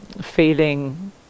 feeling